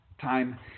time